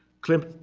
klimt,